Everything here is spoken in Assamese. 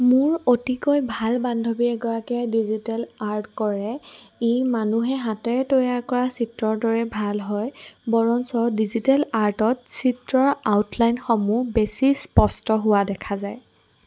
মোৰ অতিকৈ ভাল বান্ধৱী এগৰাকীয়ে ডিজিটেল আৰ্ট কৰে ই মানুহে হাতেৰে তৈয়াৰ কৰা চিত্ৰৰ দৰে ভাল হয় বৰঞ্চ ডিজিটেল আৰ্টত চিত্ৰৰ আউটলাইনসমূহ বেছি স্পষ্ট হোৱা দেখা যায়